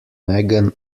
megan